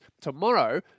Tomorrow